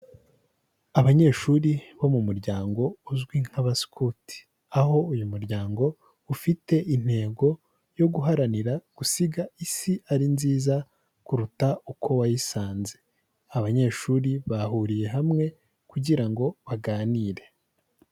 Abanyeshuri bo mu muryango uzwi nk'abasikuti, aho uyu muryango ufite intego yo guharanira gusiga Isi ari nziza kuruta uko wayisanze, abanyeshuri bahuriye hamwe kugira ngo baganire.